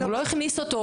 הוא לא הכניס אותו.